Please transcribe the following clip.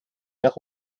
nach